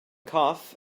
cough